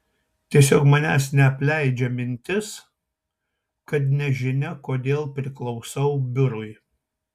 tiesiog manęs neapleidžia mintis kad nežinia kodėl priklausau biurui